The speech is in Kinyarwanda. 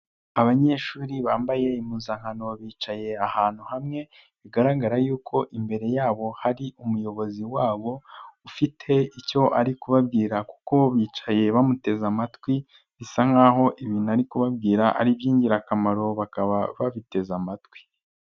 Abanyeshuri bambaye impuzankano bicaye ahantu hamwe, bigaragara yuko imbere yabo hari umuyobozi wabo ufite icyo ari kubabwira kuko bicaye bamuteze amatwi bisa nkaho ibintu ari kubabwira ari iby'ingirakamaro bakaba babiteze amatwi.